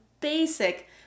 basic